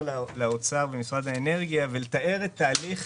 למשרד האוצר ולמשרד האנרגיה ולתאר את תהליך